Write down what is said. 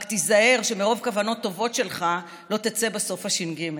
רק תיזהר שמרוב כוונות טובות שלך לא תצא בסוף הש"ג.